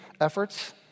efforts